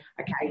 okay